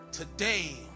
Today